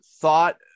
thought